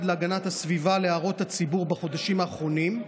להגנת הסביבה להערות הציבור בחודשים האחרונים,